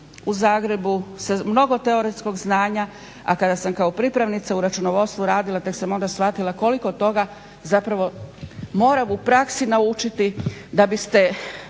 u Zagrebu sa mnogo teoretskog znanja, a kada sam kao pripravnica u računovodstvu radila tek sam onda shvatila koliko toga zapravo moram u praksi naučiti da biste